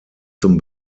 zum